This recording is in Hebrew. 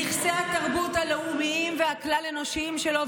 נכסי התרבות הלאומיים והכלל-אנושיים שלו,